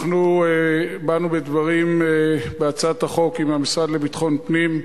אנחנו באנו בדברים לגבי הצעת החוק עם המשרד לביטחון פנים,